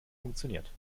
funktioniert